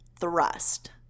thrust